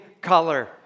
color